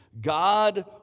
God